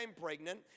pregnant